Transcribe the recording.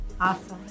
Awesome